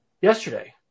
yesterday